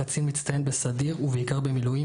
קצין מצטיין בסדיר ובעיקר במילואים,